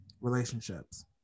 relationships